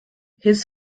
his